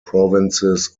provinces